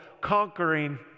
conquering